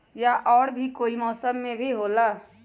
या और भी कोई मौसम मे भी होला?